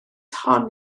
hon